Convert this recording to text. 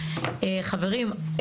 חברים,